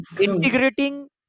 integrating